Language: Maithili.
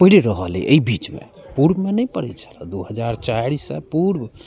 पड़ि रहल अछि एहि बीचमे पूर्वमे नहि पड़ैत छलै दू हजार चारिसँ पूर्व